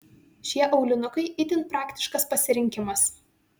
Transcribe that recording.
šie aulinukai itin praktiškas pasirinkimas